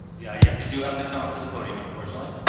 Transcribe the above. yeah, you have to do have to come up to the podium unfortunately,